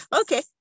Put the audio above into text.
Okay